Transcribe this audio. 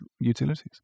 utilities